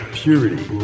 purity